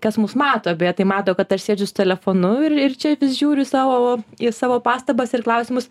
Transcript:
kas mus mato beje tai mato kad aš sėdžiu su telefonu ir ir čia vis žiūriu į savo į savo pastabas ir klausimus